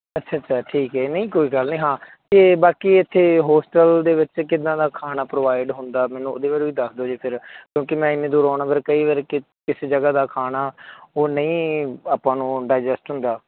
ਅੱਛਾ ਅੱਛਾ ਠੀਕ ਹੈ ਨਹੀਂ ਕੋਈ ਗੱਲ ਨਹੀਂ ਹਾਂ ਅਤੇ ਬਾਕੀ ਇੱਥੇ ਹੋਸਟਲ ਦੇ ਵਿੱਚ ਕਿੱਦਾਂ ਦਾ ਖਾਣਾ ਪ੍ਰੋਵਾਈਡ ਹੁੰਦਾ ਮੈਨੂੰ ਉਹਦੇ ਬਾਰੇ ਵੀ ਦੱਸ ਦਿਓ ਜੀ ਫਿਰ ਕਿਉਂਕਿ ਮੈਂ ਇੰਨੀ ਦੂਰੋਂ ਆਉਣਾ ਫਿਰ ਕਈ ਵਾਰ ਕਿ ਕਿਸੇ ਜਗ੍ਹਾ ਦਾ ਖਾਣਾ ਉਹ ਨਹੀਂ ਆਪਾਂ ਨੂੰ ਡਾਈਜੈਸਟ ਹੁੰਦਾ